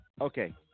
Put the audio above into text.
Okay